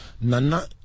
Nana